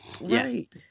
Right